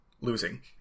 losing